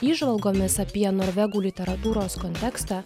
įžvalgomis apie norvegų literatūros kontekstą